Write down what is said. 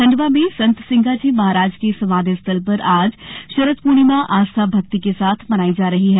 खंडवा में संत सिंगाजी महाराज के समाधि स्थल पर आज शरद पुर्णिमा आस्था भक्ति के साथ मनाई जा रही है